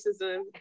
racism